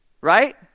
right